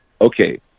okay